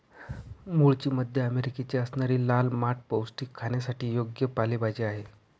मूळची मध्य अमेरिकेची असणारी लाल माठ पौष्टिक, खाण्यासाठी योग्य पालेभाजी आहे